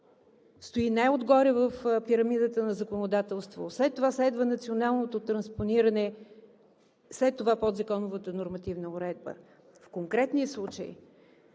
стои най-отгоре в пирамидата на законодателството, след това следва националното транспониране, след това подзаконовата нормативна уредба. В конкретния случай